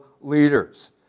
leaders